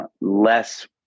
Less